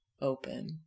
open